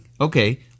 Okay